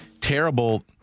terrible